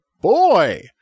boy